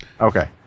Okay